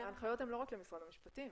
ההנחיות הן לא רק למשרד המשפטים